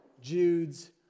Jude's